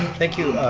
thank you,